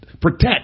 Protect